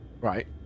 right